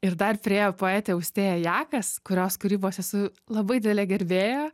ir dar priėjo poetė austėja jakas kurios kūrybos esu labai didelė gerbėja